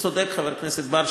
צודק חבר הכנסת בר,